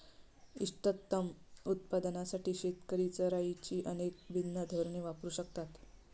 इष्टतम उत्पादनासाठी शेतकरी चराईची अनेक भिन्न धोरणे वापरू शकतात